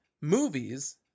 Movies